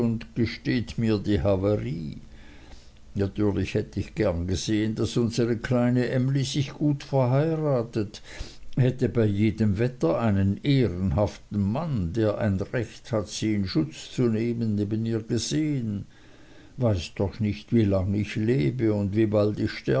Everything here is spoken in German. gesteht mir die havarie natürlich hätt ich gern gesehen daß unsre kleine emly sich gut verheiratet hätte bei jedem wetter einen ehrenhaften mann der ein recht hat sie in schutz zu nehmen neben ihr gesehen weiß doch nicht wie lang ich lebe und wie